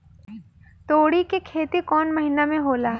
तोड़ी के खेती कउन महीना में होला?